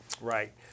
Right